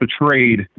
betrayed